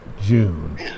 June